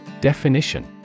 Definition